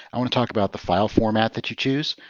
i want to talk about the file format that you choose.